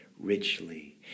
richly